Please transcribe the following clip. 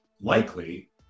Likely